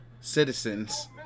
citizens